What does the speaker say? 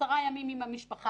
עשרה ימים עם המשפחה,